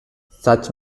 such